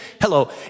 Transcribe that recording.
hello